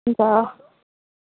हुन्छ